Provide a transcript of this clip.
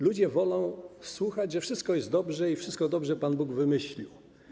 Ludzie wolą słuchać, że wszystko jest dobrze i wszystko dobrze Pan Bóg wymyślił.